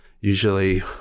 Usually